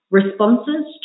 responses